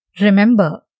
Remember